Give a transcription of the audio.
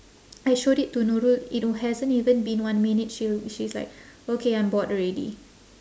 I showed it to nurul it hasn't even been one minute she'll she's like okay I'm bored already